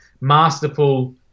masterful